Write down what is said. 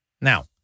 Now